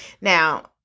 Now